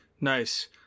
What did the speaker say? Nice